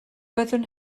byddwn